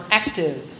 active